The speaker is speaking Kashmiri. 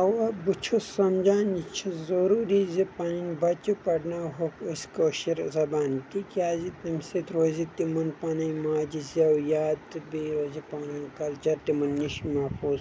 اوا بہٕ چھُس سمجھان یہِ چھُ ضروٗری زِ پنٕنی بچہِ پرناو ہوٚکھ أسۍ کٲشر زبانہِ تِکیٛازِ تمہِ سۭتۍ روزِ تِمن پنٕنۍ ماجہِ زٮ۪و یاد تہٕ بیٚیہِ روزیکھ پنُن کلچر تِمن نِش محفوٗظ